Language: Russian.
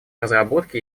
разработки